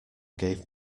gave